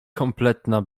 kompletna